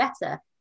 better